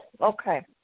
okay